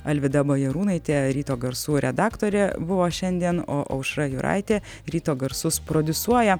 alvyda bajarūnaitė ryto garsų redaktorė buvo šiandien o aušra jūraitė ryto garsus prodiusuoja